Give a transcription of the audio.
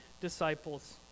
disciples